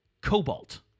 Cobalt